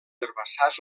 herbassars